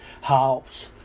house